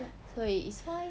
所以 is fine